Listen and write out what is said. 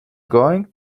going